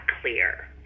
clear